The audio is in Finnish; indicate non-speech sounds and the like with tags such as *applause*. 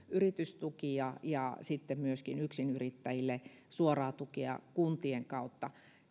*unintelligible* yritystukia ja sitten myöskin yksinyrittäjille suoraa tukea kuntien kautta